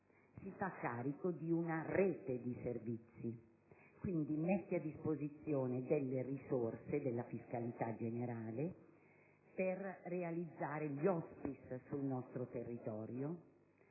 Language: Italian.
si fa carico di una rete di servizi; infatti, mette a disposizione delle risorse della fiscalità generale per realizzare gli *hospice* sul nostro territorio,